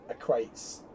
equates